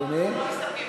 אנחנו לא מסתפקים,